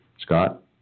Scott